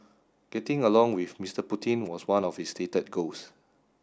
getting along with Mister Putin was one of his stated goals